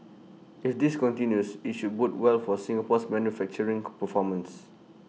if this continues IT should bode well for Singapore's manufacturing performance